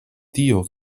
tio